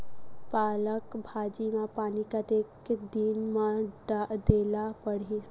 पालक भाजी म पानी कतेक दिन म देला पढ़ही?